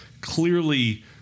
clearly